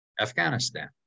afghanistan